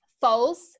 false